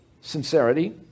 Sincerity